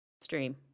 stream